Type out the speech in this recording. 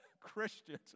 Christians